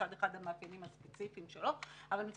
מצד אחד המאפיינים הספציפיים שלו ומצד